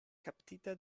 kaptita